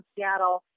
Seattle